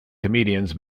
comedians